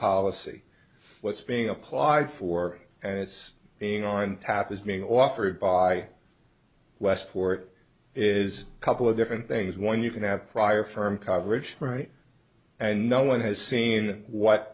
policy what's being applied for and it's being on path is being offered by westport is a couple of different things one you can have prior firm coverage right and no one has seen what